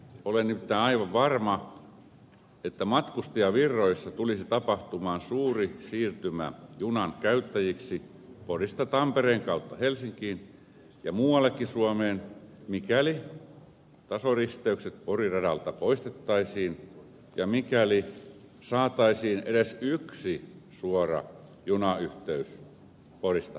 olen nimittäin aivan varma että matkustajavirroissa tulisi tapahtumaan suuri siirtymä junan käyttäjiksi porista tampereen kautta helsinkiin ja muuallekin suomeen mikäli tasoristeykset porin radalta poistettaisiin ja mikäli saataisiin edes yksi suora junayhteys porista helsinkiin